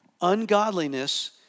Ungodliness